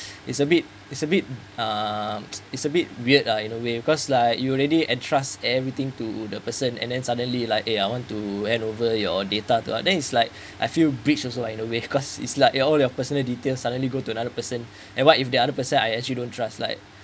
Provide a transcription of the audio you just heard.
it's a bit it's a bit um it's a bit weird uh in a way because like you already and trust everything to the person and then suddenly like eh I want to hand over your data lah then it's like I feel bridge also uh in a way cause it's like all your personal details suddenly go to another person and what if the other person I actually don't trust like